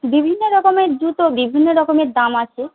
বিভিন্ন রকমের জুতো বিভিন্ন রকমের দাম আছে